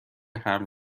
حمل